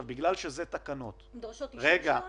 בגלל שזה תקנות -- הן דורשות אישור שלנו?